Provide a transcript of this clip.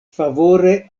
favore